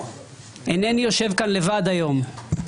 יושב כאן היום לבדי.